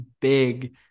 big